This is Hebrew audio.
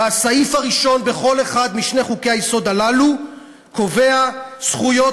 הסעיף הראשון בכל אחד משני חוקי-היסוד הללו קובע: "זכויות